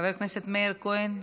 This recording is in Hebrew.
חבר הכנסת מאיר כהן,